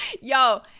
Yo